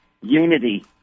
Unity